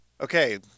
okay